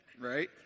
right